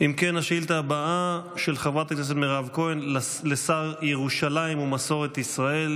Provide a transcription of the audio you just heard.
השאילתה הבאה היא של חברת הכנסת מירב כהן לשר לירושלים ומסורת ישראל,